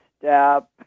step